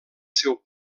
seu